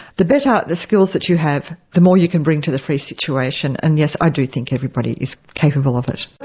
the better the skills that you have, the more you can bring to the free situation. and yes, i do think everybody is capable of it.